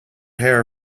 hair